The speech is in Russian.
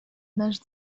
наш